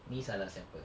ini salah siapa